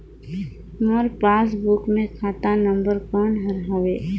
मोर passbook मे खाता number कोन हर हवे?